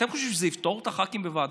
אתם חושבים שזה יפטור ח"כים מוועדות?